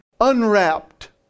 unwrapped